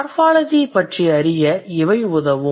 morphology பற்றி அறிய இவை உதவும்